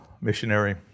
missionary